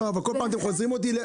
לא, אבל כל פעם אתם מחזירים אותי.